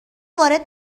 وارد